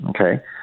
Okay